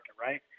right